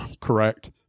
correct